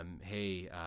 hey